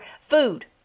food